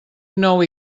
nou